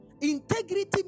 Integrity